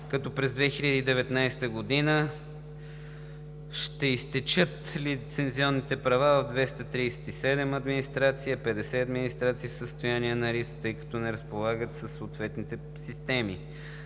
като през 2019 г. ще изтекат лицензионните права в 237 администрации, а 50 администрации са в състояние на риск, тъй като не разполагат със съответните системи.